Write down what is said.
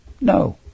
No